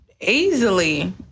easily